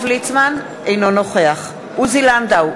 ליצמן, אינו נוכח עוזי לנדאו,